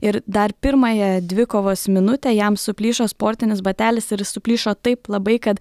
ir dar pirmąją dvikovos minutę jam suplyšo sportinis batelis ir suplyšo taip labai kad